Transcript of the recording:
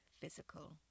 physical